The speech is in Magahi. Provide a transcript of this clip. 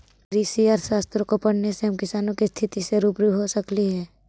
कृषि अर्थशास्त्र को पढ़ने से हम किसानों की स्थिति से रूबरू हो सकली हे